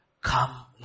come